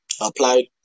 Applied